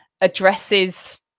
addresses